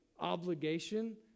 obligation